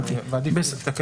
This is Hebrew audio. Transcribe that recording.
עדיף להסתכל